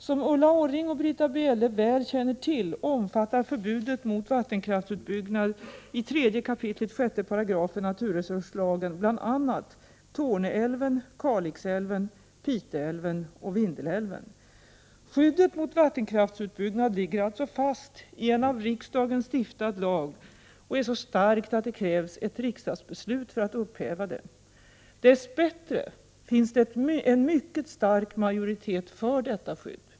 Som Ulla Orring och Britta Bjelle väl känner till omfattar förbudet mot vattenkraftsutbyggnad i3 kap. 6 § naturresurslagen bl.a. Torneälven, Kalixälven, Piteälven och Vindelälven. Skyddet mot vattenkraftsutbyggnad ligger alltså fast i en av riksdagen Prot. 1988/89:92 stiftad lag och är så starkt att det krävs ett riksdagsbeslut för att upphäva det. 7 april 1989 Dess bättre finns det en mycket stark majoritet för detta skydd.